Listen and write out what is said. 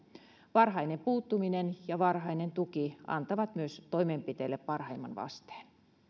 varhainen puuttuminen ja varhainen tuki antavat myös toimenpiteille parhaimman vasteen